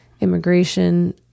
immigration